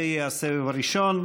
זה יהיה הסבב הראשון.